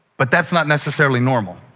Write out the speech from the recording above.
but that's not necessarily normal.